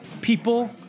people